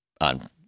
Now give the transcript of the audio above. on